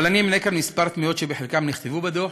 אבל אני אמנה כאן כמה תמיהות שחלקן נכתבו בדוח